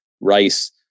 Rice